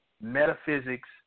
Metaphysics